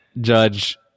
judge